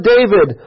David